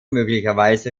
möglicherweise